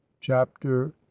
Chapter